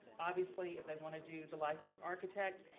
obviously, if they wanna do the licensed architect,